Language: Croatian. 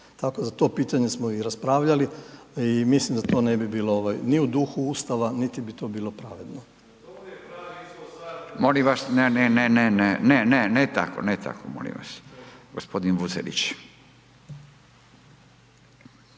Tako za to pitanje smo i raspravljali i mislim da to ne bi bilo ni u duhu Ustava niti bi to bilo pravedno.